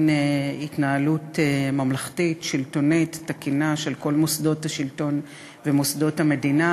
התנהלות ממלכתית שלטונית תקינה של כל מוסדות השלטון ומוסדות המדינה.